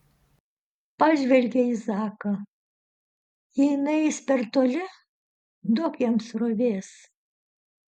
pažvelgė į zaką jei nueis per toli duok jam srovės